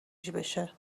جیبشه